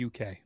UK